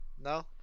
no